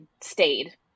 stayed